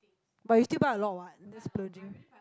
but you still buy a lot [what] that's splurging